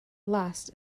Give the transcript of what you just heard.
last